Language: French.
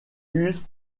usent